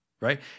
right